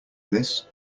this